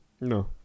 No